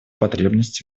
потребность